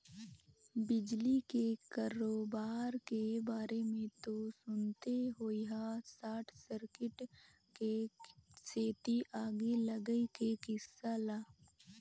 बिजली के करोबार के बारे मे तो सुनते होइहा सार्ट सर्किट के सेती आगी लगई के किस्सा ल